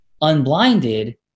Unblinded